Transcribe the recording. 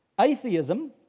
Atheism